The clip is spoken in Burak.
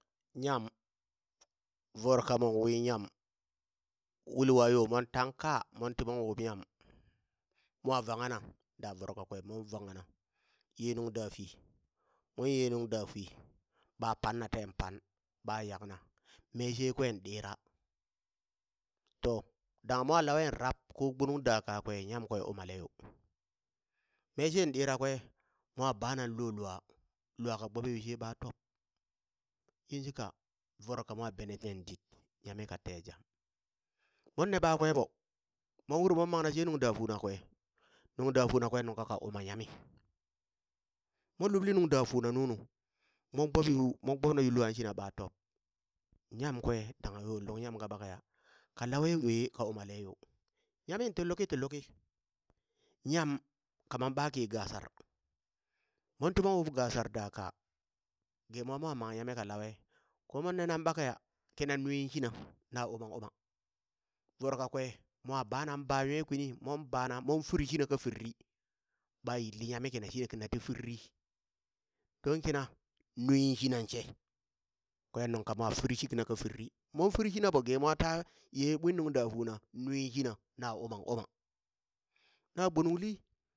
Nyam, voro kamon wi nyam, wulwa yo mon taŋ kaa mon timon wub nyam, mwa vanghana da voro kakwe mon vanghana ye nung dafui mon ye nung da fui ba panna ten pan ɓa yakna meshe kwen ɗira, to daŋ mwa lauwe rab ko gbuynung da kaa kwe nyam kwe umale yo, meshen ɗira kwe mwa bana lo lua, lua ka gboɓe yushe ɓa tob, yin shika voro kamo bene ten dit nyami ka te jam, monne ɓakwe ɓo mon ur mon mangna she nung dafuna kwe, nung dafuna kwen nungka ka uma yami, moŋ lubli nuŋ da funa nunu mon gbob yu mon gbob na yu lua shina ɓa top, yamkwe dangha yo luk yam kaɓakeya, ka umalawe wee ka umaleyo nyamin tiluki tiluki nyam kaman ɓaki gasar, mon timon wub gasar da kaa, ge mwa mwa̱ manghe yammi lawe ko mwan nenan ɓakeya kina nwi shina na uman uma, voro kakwe mwa banan baa nwe kwini, mon bana mon firi shina ka firi, ɓa yilli yami kina shina ti firiri don kina nwi shinashe kwen nuŋka mwa firi shi kina ka firiri, mon firi shina ɓo ge mwata ye ɓwin nuŋ da funa nwiŋ shina, na umaŋ uma, na bgununli